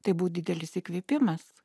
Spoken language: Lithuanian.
tai buvo didelis įkvėpimas